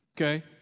Okay